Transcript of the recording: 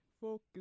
Focus